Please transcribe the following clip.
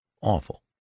awful